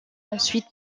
ensuite